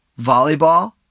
volleyball